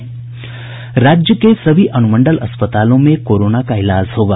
राज्य के सभी अनुमंडल अस्पतालों में कोरोना का इलाज होगा